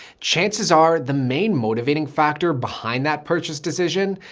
chances are the main motivating factor behind that purchase decision,